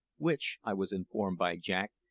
which, i was informed by jack,